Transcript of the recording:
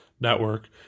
network